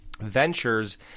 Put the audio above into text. ventures